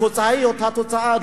התוצאה היא אותה תוצאה.